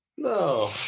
No